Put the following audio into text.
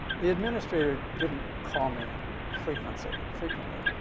the administrator didn't call me frequency frequently.